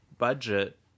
budget